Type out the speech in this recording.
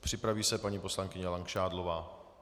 Připraví se paní poslankyně Langšádlová.